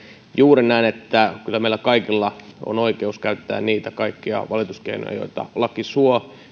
juuri näin että kyllä meillä kaikilla on oikeus käyttää niitä kaikkia valituskeinoja joita laki suo